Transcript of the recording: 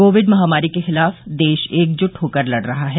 Covid महामारी के खिलाफ देश एकजुट होकर लड़ रहा है